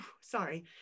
Sorry